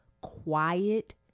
quiet